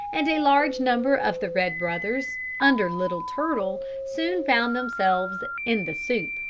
and a large number of the red brothers, under little turtle, soon found themselves in the soup,